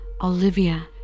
Olivia